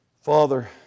Father